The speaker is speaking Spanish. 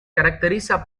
caracteriza